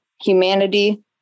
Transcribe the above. humanity